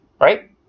right